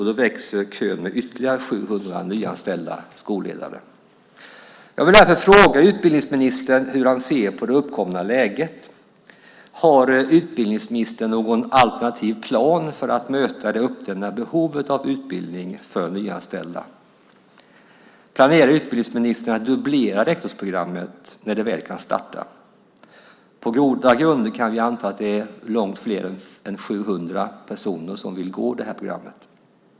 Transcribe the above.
Då växer kön med ytterligare 700 nyanställda skolledare. Jag vill därför fråga utbildningsministern hur han ser på det uppkomna läget. Har utbildningsministern någon alternativ plan för att möta det uppdämda behovet av utbildning för nyanställda skolledare? Planerar utbildningsministern att dubblera rektorsprogrammet när detta väl kan starta? På goda grunder kan vi anta att långt fler än 700 personer vill gå det här programmet.